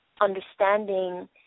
understanding